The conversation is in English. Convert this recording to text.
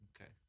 Okay